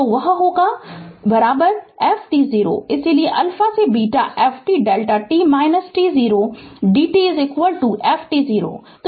तो वह f t0 इसलिए α से f t Δ t t0 d t f t0